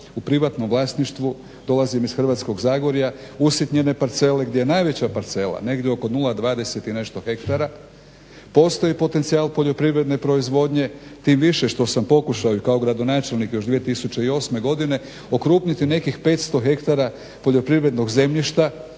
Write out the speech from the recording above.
u privatnom vlasništvu? Dolazim iz Hrvatskog zagorja, usitnjene parcele gdje je najveća parcela negdje oko 0,20 i nešto hektara. Postoji potencijal poljoprivredne proizvodnje tim više što sam pokušao i kao gradonačelnik još 2008. godine okrupniti nekih 500 hektara poljoprivrednog zemljišta.